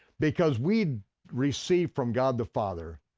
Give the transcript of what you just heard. because we received from god the father,